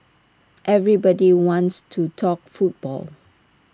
everybody wants to talk football